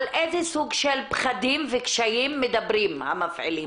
על איזה סוג של פחדים מדברים המפעילים.